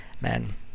Man